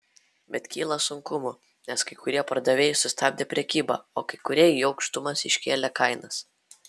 bet kyla sunkumų nes kai kurie pardavėjai sustabdė prekybą o kai kurie į aukštumas iškėlė kainas